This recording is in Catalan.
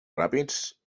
ràpids